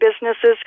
businesses